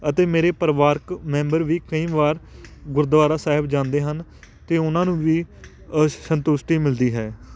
ਅਤੇ ਮੇਰੇ ਪਰਿਵਾਰਕ ਮੈਂਬਰ ਵੀ ਕਈ ਵਾਰ ਗੁਰਦੁਆਰਾ ਸਾਹਿਬ ਜਾਂਦੇ ਹਨ ਅਤੇ ਉਹਨਾਂ ਨੂੰ ਵੀ ਸੰਤੁਸ਼ਟੀ ਮਿਲਦੀ ਹੈ